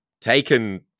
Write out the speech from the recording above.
taken